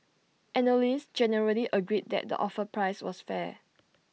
analysts generally agreed that the offer price was fair